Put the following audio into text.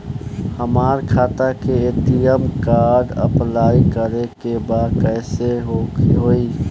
हमार खाता के ए.टी.एम कार्ड अप्लाई करे के बा कैसे होई?